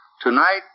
Tonight